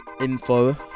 info